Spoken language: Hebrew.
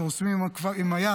שעושים עם היד,